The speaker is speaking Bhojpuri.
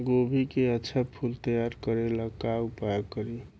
गोभी के अच्छा फूल तैयार करे ला का उपाय करी?